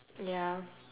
ya